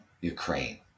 Ukraine